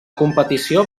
competició